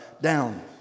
down